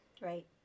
Right